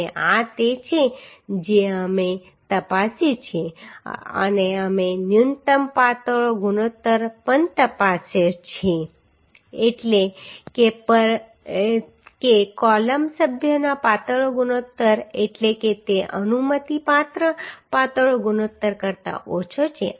અને આ તે છે જે અમે તપાસ્યું છે અને અમે ન્યુનત્તમ પાતળો ગુણોત્તર પણ તપાસ્યો છે એટલે કે પરમી એટલે કે કૉલમ સભ્યનો પાતળો ગુણોત્તર એટલે કે તે અનુમતિપાત્ર પાતળો ગુણોત્તર કરતાં ઓછો છે